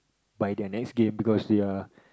by their next game because they are